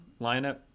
lineup